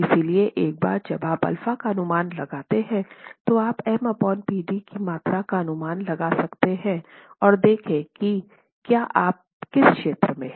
इसलिए एक बार जब आप अल्फा का अनुमान लगाते हैं तो आप M Pd की मात्रा का अनुमान लगा सकते हैं और देखें कि आप किस क्षेत्र में हैं